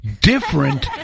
different